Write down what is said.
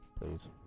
Please